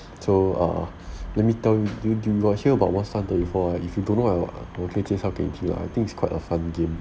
so ah let me tell you you got hear about what sun tech is before ah if you don't know 我我可以介绍给你听啊 I think it's quite a fun game